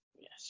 Yes